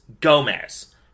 gomez